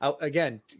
again